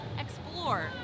explore